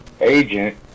agent